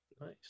Nice